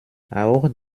auch